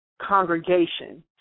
congregation